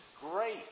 great